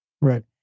Right